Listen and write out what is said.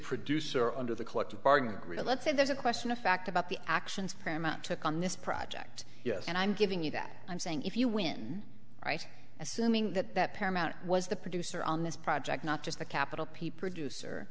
producer under the collective bargaining agreement let's say there's a question of fact about the actions paramount took on this project yes and i'm giving you that i'm saying if you win right assuming that that paramount was the producer on this project not just the capital p producer